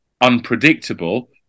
unpredictable